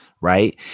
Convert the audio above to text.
right